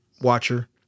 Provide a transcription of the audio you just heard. watcher